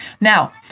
Now